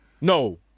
no